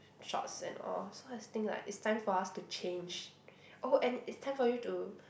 shorts and all so I think like it's time for us to change oh and it's time for you to